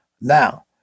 Now